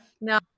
No